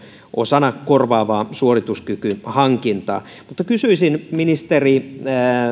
osana korvaavaa suorituskykyhankintaa kysyisin ministeri